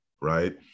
right